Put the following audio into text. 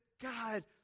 God